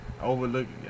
overlooking